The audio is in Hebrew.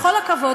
בכל הכבוד,